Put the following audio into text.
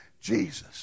Jesus